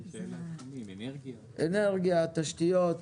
אנרגיה, תשתיות.